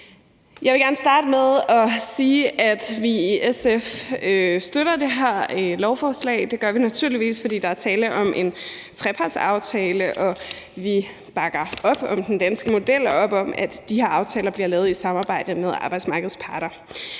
Jeg vil gerne starte med at sige, at vi i SF støtter det her lovforslag. Det gør vi naturligvis, fordi der er tale om en trepartsaftale og vi bakker op om den danske model og op om, at de her aftaler bliver lavet i samarbejde med arbejdsmarkedets parter.